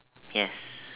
yes